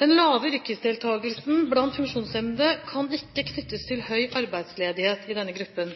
Den lave yrkesdeltakelsen blant funksjonshemmede kan ikke knyttes til høy arbeidsledighet i denne gruppen.